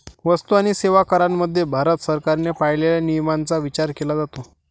वस्तू आणि सेवा करामध्ये भारत सरकारने पाळलेल्या नियमांचा विचार केला जातो